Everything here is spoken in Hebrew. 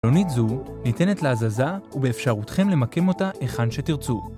‫חלונית זו ניתנת להזזה ‫ובאפשרותכם למקם אותה היכן שתרצו.